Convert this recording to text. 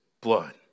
blood